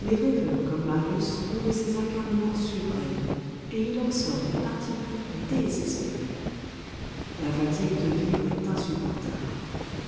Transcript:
les rêveurs comme marius ont de ces accablements suprêmes et il en sort des partis pris désespérés la fatigue de vivre est insupportable